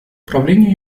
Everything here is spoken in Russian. управление